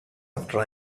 after